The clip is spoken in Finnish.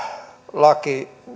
laki